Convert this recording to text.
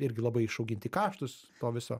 irgi labai išauginti kaštus to viso